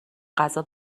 غذا